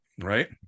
right